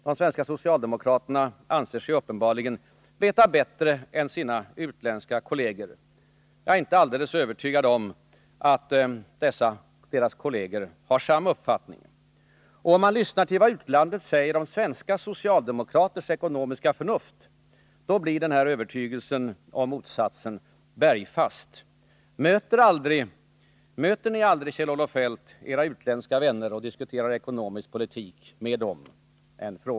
De svenska socialdemokraterna anser sig uppenbarligen veta bättre än sina utländska kolleger. Jag är inte alldeles övertygad att dessa har samma uppfattning. När jag lyssnar till vad utlandet säger om svenska socialdemokraters ekonomiska förnuft blir jag i stället bergfast övertygad om motsatsen. Möter ni aldrig, Kjell-Olof Feldt, era utländska vänner och diskuterar ekonomisk politik med dem?